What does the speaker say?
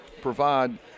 provide